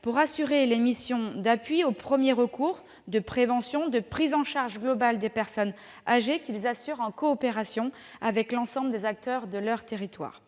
d'exercer les missions d'appui au premier recours, de prévention, de prise en charge globale des personnes âgées qu'ils assurent en coopération avec l'ensemble des acteurs de leurs territoires.